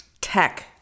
tech